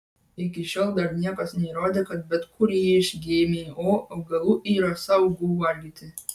iki šiol dar niekas neįrodė kad bet kurį iš gmo augalų yra saugu valgyti